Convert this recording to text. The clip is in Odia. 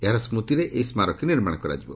ଏହାର ସ୍ବତିରେ ଏହି ସ୍କାରକୀ ନିର୍ମାଣ କରାଯିବ